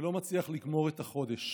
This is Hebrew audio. ולא מצליח לגמור את החודש.